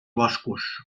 boscos